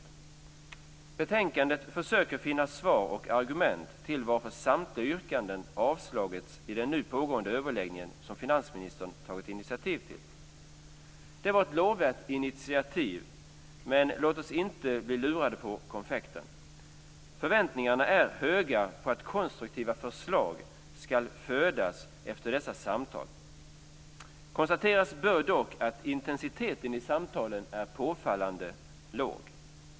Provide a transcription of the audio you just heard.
I betänkandet försöker utskottet finna svar på och argument för att samtliga yrkanden avslagits i den nu pågående överläggning som finansministern tagit initiativ till. Det var ett lovvärt initiativ, men låt oss inte bli lurade på konfekten. Förväntningarna är höga på att konstruktiva förslag skall födas efter dessa samtal. Konstateras bör dock att intensiteten i samtalen är påfallande låg.